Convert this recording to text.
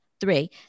three